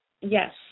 yes